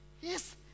Yes